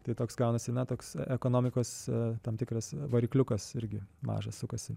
tai toks gaunasi na toks ekonomikos tam tikras varikliukas irgi mažas sukasi